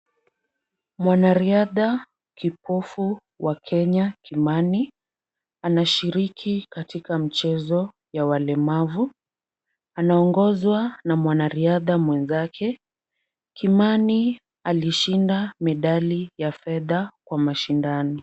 Mwanariadha kipofu wa Kenya Kimani, anashiriki katika mchezo ya walemavu. Anaongozwa na mwanariadha mwenzake. Kimani alishinda medali ya fedha kwa mashindano.